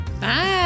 Bye